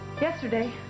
Yesterday